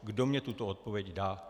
Kdo mi tuto odpověď dá.